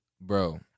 bro